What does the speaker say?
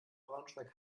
braunschweig